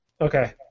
Okay